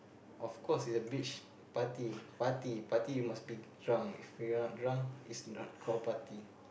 of course it's a beach party party party you must be drunk if you're not drunk is not called party